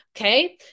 okay